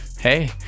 Hey